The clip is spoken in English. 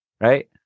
right